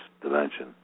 dimension